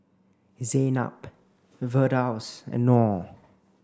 Zaynab Firdaus and Noh